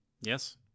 Yes